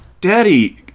Daddy